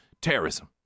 terrorism